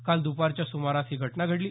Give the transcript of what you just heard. काल दुपारच्या सुमारास ही घटना घडली